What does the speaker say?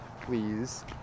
please